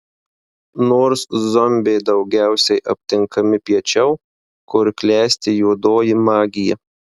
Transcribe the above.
nors zombiai daugiausiai aptinkami piečiau kur klesti juodoji magija